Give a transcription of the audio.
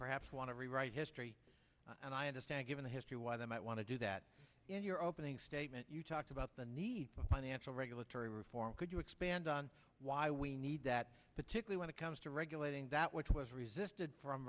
perhaps want to rewrite history and i understand given the history why they might want to do that in your opening statement you talked about the need for financial regulatory reform could you expand on why we need that particular when it comes to regulating that which was resisted from